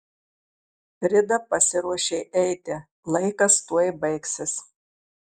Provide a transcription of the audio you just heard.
frida pasiruošė eiti laikas tuoj baigsis